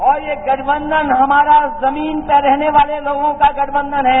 और ये गठबंधन हमारा जमीन पर रहने वाले लोगों का गठबंधन है